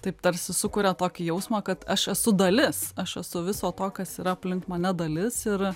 taip tarsi sukuria tokį jausmą kad aš esu dalis aš esu viso to kas yra aplink mane dalis ir